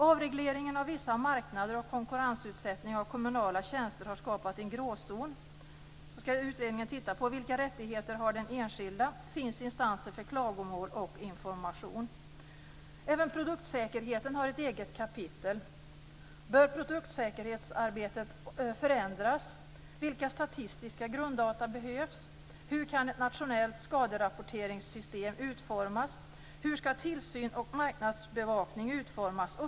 Avregleringen av vissa marknader och konkurrensutsättning av kommunala tjänster har skapat en gråzon. Utredningen ska också titta på vilka rättigheter den enskilde har och om det finns instanser för klagomål och information. Även produktsäkerheten har ett eget kapitel: Bör produktsäkerhetsarbetet förändras? Vilka statistiska grunddata behövs? Hur kan ett nationellt skaderapporteringssystem utformas? Hur ska tillsyn och marknadsbevakning utformas?